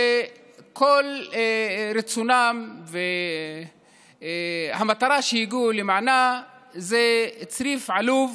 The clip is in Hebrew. וכל רצונם והמטרה שהגיעו למענה זה צריף עלוב